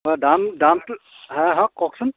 অঁ দাম দামটো হাঁ হাঁ কওকচোন